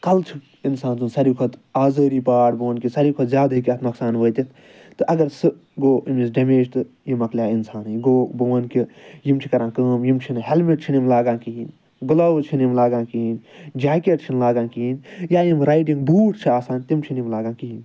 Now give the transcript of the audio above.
کَلہٕ چھُ اِنسان سُنٛد ساروٕے کھۄتہٕ آزٲری پارٹ بہٕ وَنہٕ کہِ ساروٕے کھۄتہٕ زیادٕ ہیٚکہِ اَتھ نۄقصان وٲتِتھ تہٕ اَگر سُہ گوٚو أمس ڈَمیج تہٕ یہِ مۄکلیٛوو اِنسانٕے گوٚو بہٕ وَنہٕ کہِ یِم چھِ کران کٲم یِم چھِنہٕ ہیٚلمِٹ چھِنہٕ یِم لاگان کِہیٖنۍ گٕلوُز چھِنہٕ یِم لاگان کِہیٖنۍ جاکیٚٹ چھِنہٕ لاگان کِہیٖنۍ یا یِم رایڈِنٛگ بوٗٹھ چھِ آسان تِم چھِنہٕ یِم لاگان کِہیٖنۍ